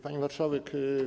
Pani Marszałek!